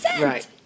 Right